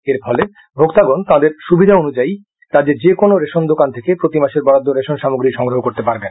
এর ফলে ভোক্তাগণ তাদের সুবিধা অনুযায়ী রাজ্যের যে কোনও রেশন দোকান থেকে প্রতিমাসের বরাদ্দ রেশন সামগ্রী সংগ্রহ করতে পারবেন